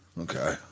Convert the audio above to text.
Okay